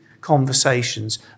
conversations